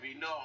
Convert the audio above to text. No